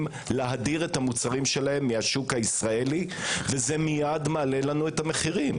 להדיר את המוצרים שלהם מהשוק הישראלי וזה מייד מעלה לנו את המחירים.